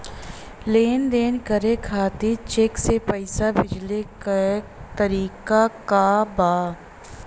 लेन देन करे खातिर चेंक से पैसा भेजेले क तरीकाका बा?